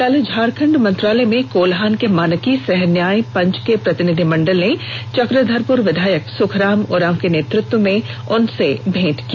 कल झारखंड मंत्रालय में कोल्हान के मानकी सह न्याय पंच के प्रतिनिधि मंडल ने चक्रधरप्र विधायक सुखराम उरांव के नेतृत्व में उनसे मेंट की